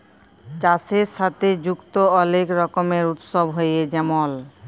চাষের সাথে যুক্ত অলেক রকমের উৎসব হ্যয়ে যেমল